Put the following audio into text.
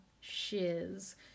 shiz